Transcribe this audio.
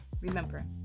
Remember